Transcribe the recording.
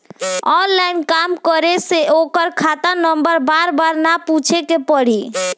online काम करे से ओकर खाता नंबर बार बार ना पूछे के पड़ी